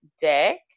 deck